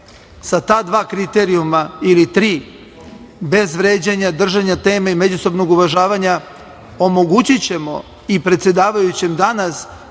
Sa ta dva kriterijuma ili tri, bez vređanja, držanja teme i međusobnog uvažavanja omogući ćemo i predsedavajućem danas